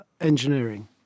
engineering